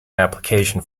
application